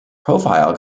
profile